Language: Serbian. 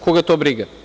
Koga to briga.